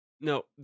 No